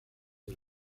del